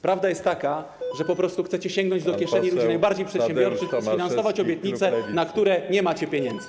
Prawda jest taka, że po prostu chcecie sięgnąć do kieszeni ludzi najbardziej przedsiębiorczych i finansować obietnice, na które nie macie pieniędzy.